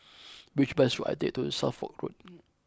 which bus should I take to Suffolk Road